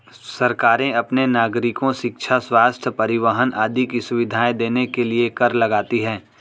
सरकारें अपने नागरिको शिक्षा, स्वस्थ्य, परिवहन आदि की सुविधाएं देने के लिए कर लगाती हैं